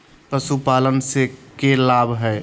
पशुपालन से के लाभ हय?